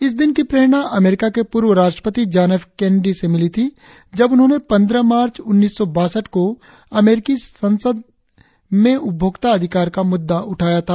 इस दिन की प्रेरणा अमेरिका के पूर्व राष्ट्रपति जान एफ केनेडी से मिली थी जब उन्होंने पंद्रह मार्च उन्नीस सौ बासठ को अमेरिकी संसद ने उपभोक्ता अधिकार का मुद्दा उठाया था